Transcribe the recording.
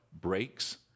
breaks